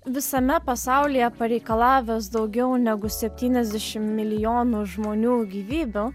visame pasaulyje pareikalavęs daugiau negu septyniasdešim milijonų žmonių gyvybių